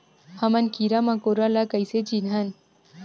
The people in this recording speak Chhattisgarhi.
हमन कीरा मकोरा ला कइसे चिन्हन?